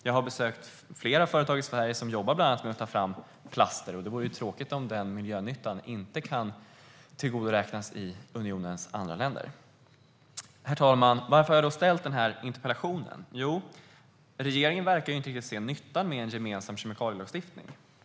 Jag har besökt flera företag i Sverige som jobbar bland annat med att ta fram plaster, och det vore tråkigt om den miljönyttan inte kan tillgodoräknas i unionens andra länder. Herr talman! Varför har jag då ställt den här interpellationen? Jo, regeringen verkar inte se nyttan med en gemensam kemikalielagstiftning.